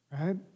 Right